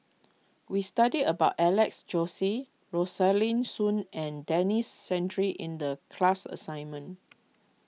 we studied about Alex Josey Rosaline Soon and Denis Santry in the class assignment